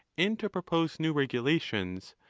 and to propose new regulations,